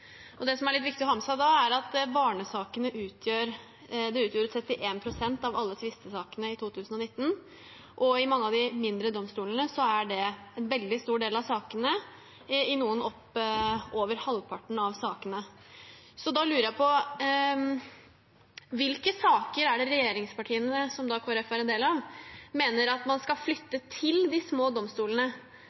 domstoler. Det som er litt viktig å ha med seg da, er at barnesakene utgjorde 31 pst. av alle tvistesakene i 2019, og ved mange av de mindre domstolene er det en veldig stor del av sakene – i noen over halvparten av sakene. Da lurer jeg på: Hvilke saker er det regjeringspartiene, som Kristelig Folkeparti da er en del av, mener man skal flytte til de små domstolene